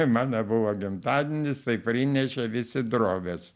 mano buvo gimtadienis tai prinešė visi drobės